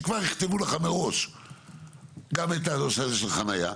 שכבר יכתבו לך מראש גם את הנושא הזה של חניה,